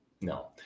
No